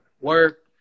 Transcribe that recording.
Work